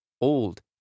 old